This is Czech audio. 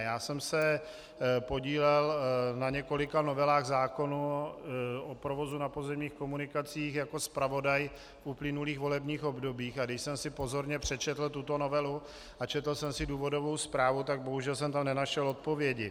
Já jsem se podílel na několika novelách zákonů o provozu na pozemních komunikacích jako zpravodaj v uplynulých volebních obdobích, a když jsem si pozorně přečetl tuto novelu a četl jsem si důvodovou zprávu, tak bohužel jsem tam nenašel odpovědi.